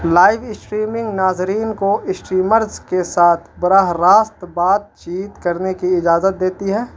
live streaming ناظرین کو streamers کے ساتھ براہ راست بات چیت کرنے کی اجازت دیتی ہے